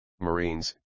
Marines